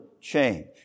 change